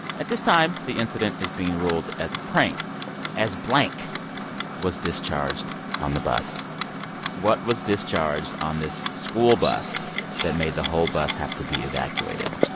at this time, the incident is being ruled as a prank as blank was discharged on the bus what was discharged on this school bus that made the whole bus have to be evacuated?